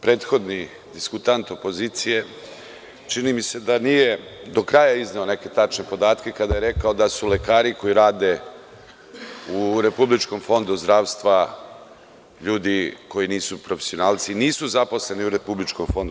Prethodni diskutant opozicije čini mi se da nije do kraja izneo neke tačne podatka kada je rekao da su lekari koji rade u RFZO ljudi koji nisu profesionalci i nisu zaposleni u RFZO.